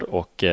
och